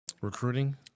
Recruiting